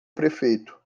prefeito